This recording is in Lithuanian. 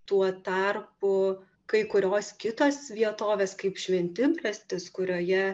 tuo tarpu kai kurios kitos vietovės kaip šventibrastis kurioje